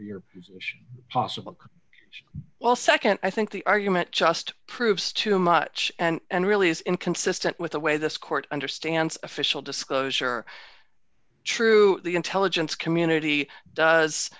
you're possible well nd i think the argument just proves too much and really is inconsistent with the way this court understands official disclosure true the intelligence community